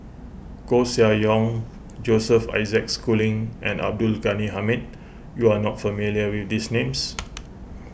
Koeh Sia Yong Joseph Isaac Schooling and Abdul Ghani Hamid you are not familiar with these names